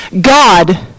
God